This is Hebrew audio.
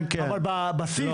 אבל בבסיס --- כן,